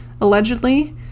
allegedly